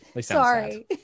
Sorry